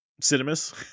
cinemas